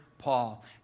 Paul